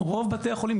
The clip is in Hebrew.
רוב בתי החולים,